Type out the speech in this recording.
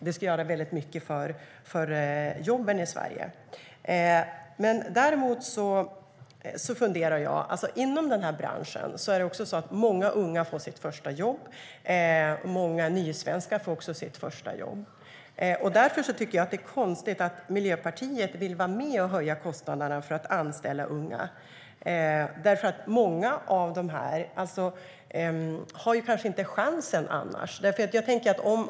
Det skulle göra mycket för jobben i Sverige.Det är många unga och många nysvenskar som får sina första jobb inom den här branschen. Därför är det konstigt att Miljöpartiet vill vara med och höja kostnaderna för att anställa unga. Många av dem får kanske inte chansen då.